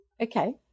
Okay